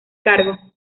cargo